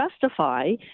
justify